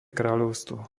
kráľovstvo